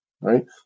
right